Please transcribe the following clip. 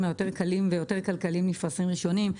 היותר קלים ויותר כלכליים נפרסים ראשונים.